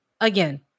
again